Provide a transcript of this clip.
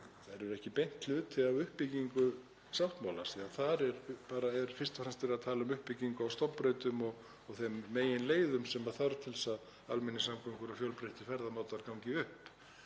Þær eru ekki beint hluti af uppbyggingu sáttmálans því þar er fyrst og fremst verið að tala um uppbyggingu á stofnbrautum og þeim meginleiðum sem þarf til að almenningssamgöngur og fjölbreyttir ferðamátar gangi upp.